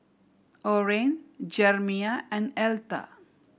Orene Jerimiah and Elta